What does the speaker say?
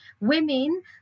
women